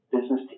business